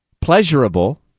pleasurable